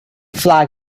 flag